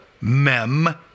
Mem